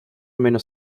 menos